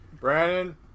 Brandon